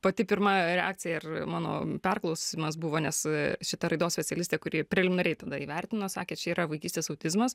pati pirma reakcija ir mano perklausimas buvo nes šita raidos specialistė kuri preliminariai tada įvertino sakė čia yra vaikystės autizmas